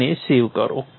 તેને સેવ કરો